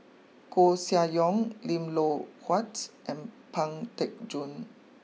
Koeh Sia Yong Lim Loh Huat and Pang Teck Joon